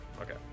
Okay